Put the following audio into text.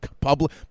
public